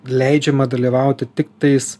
leidžiama dalyvauti tik tais